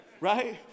right